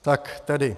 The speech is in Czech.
Tak tedy.